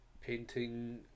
painting